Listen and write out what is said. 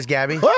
Gabby